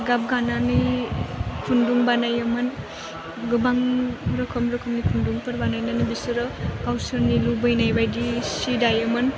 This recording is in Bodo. गाब गानानै खुन्दुं बानायोमोन गोबां रोखोम रोखोमनि खुन्दुफोर बानायोमोन बिसोरो गावसोरनि लुबैनायबायदि सि दायोमोन